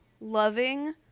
loving